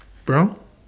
brown